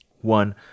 one